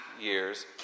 years